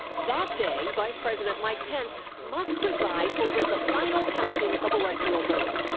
that day, vice president mike pence must preside over the final counting of electoral votes.